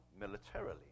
militarily